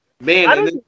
man